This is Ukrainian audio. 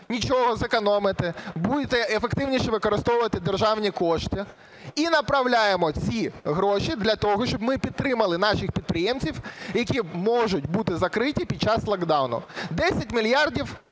нічого, зекономите, будете ефективніше використовувати державні кошти. І направляємо ці гроші для того, щоб ми підтримали наших підприємців, які можуть бути закриті під час локдауну. 10 мільярдів